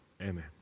amen